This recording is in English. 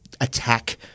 attack